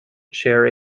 share